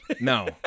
No